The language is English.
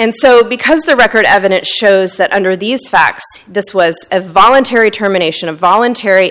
and so because the record evidence shows that under these facts this was a voluntary terminations a voluntary